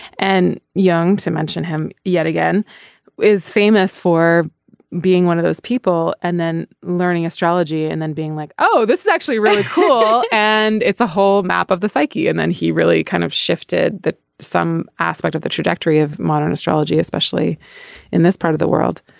and young to mention him yet again is famous for being one of those people and then learning astrology and then being like oh this is actually really cool. and it's a whole map of the psyche and then he really kind of shifted that some aspect of the trajectory of modern astrology especially in this part of the world.